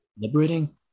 liberating